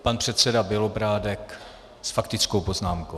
Pan předseda Bělobrádek s faktickou poznámkou.